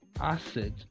acid